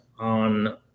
on